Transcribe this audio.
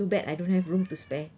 too bad I don't have room to spare